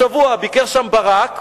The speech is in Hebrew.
השבוע ביקר שם ברק,